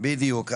בדיוק.